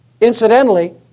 Incidentally